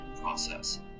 process